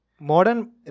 Modern